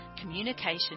communication